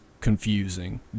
confusing